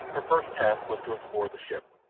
her first task was to explore the ship,